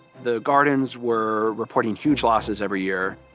the gardens were reporting huge losses every year.